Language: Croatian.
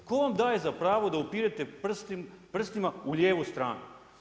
Tko vam daje za pravo da upirete prstima u lijevu stranu.